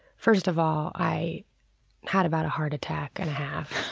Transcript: first of all, i had about a heart attack and a half.